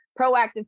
proactive